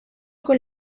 con